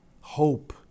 hope